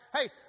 hey